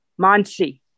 Monsi